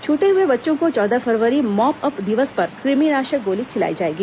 छूटे हुए बच्चों को चौदह फरवरी मॉप अप दिवस पर कृमिनाशक गोली खिलाई जाएगी